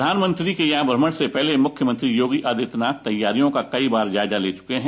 प्रधानमंत्री के यहां भ्रमण से पहले मुख्यमंत्री योगी आदित्यनाथ तैयारियों का कई बार जायजा ले चुके हैं